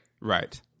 Right